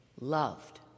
loved